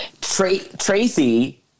Tracy